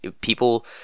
people